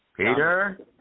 Peter